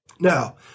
Now